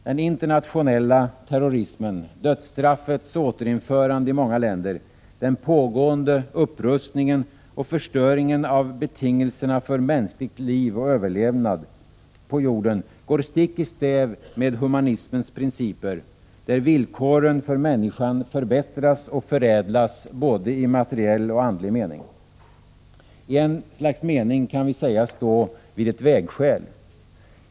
Den internationella terrorismen, dödsstraffets återinförande i många länder, den pågående upprustningen och förstöringen av betingelserna för mänskligt liv och överlevnad på jorden går stick i stäv med humanismens principer, där villkoren för människan förbättras och förädlas i både materiell och andlig mening. I ett slags mening kan vi sägas stå vid ett vägskäl.